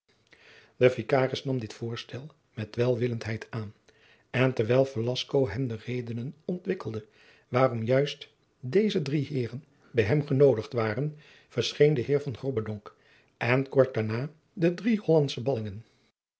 de vicaris nam dit voorstel met welwillendheid aan en terwijl velasco hem de redenen ontwikkelde waarom juist deze drie heeren bij hem genoodigd waren verscheen de heer van grobbendonck en kort daarna de drie hollandsche ballingen